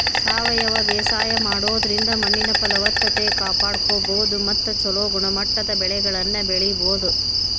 ಸಾವಯವ ಬೇಸಾಯ ಮಾಡೋದ್ರಿಂದ ಮಣ್ಣಿನ ಫಲವತ್ತತೆ ಕಾಪಾಡ್ಕೋಬೋದು ಮತ್ತ ಚೊಲೋ ಗುಣಮಟ್ಟದ ಬೆಳೆಗಳನ್ನ ಬೆಳಿಬೊದು